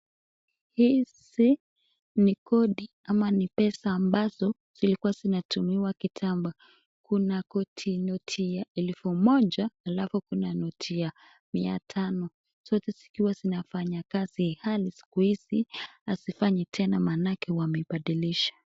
Hizi ni kodi ama ni pesa ambazo zilikuwa zinatumika kitambo , kuna kodi noti ya elfu moja alafu kuna noti ya mia tano, zote zikiwa zinafanya kazi hadi siku hazifanyi tena manake zimebadilishwa